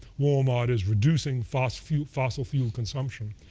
walmart is reducing fossil fuel fossil fuel consumption.